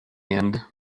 end